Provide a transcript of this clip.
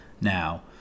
now